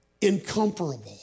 incomparable